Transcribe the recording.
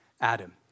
Adam